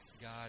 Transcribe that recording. God